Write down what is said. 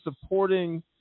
supporting